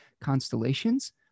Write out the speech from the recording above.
constellations